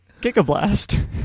Gigablast